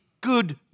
good